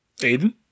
Aiden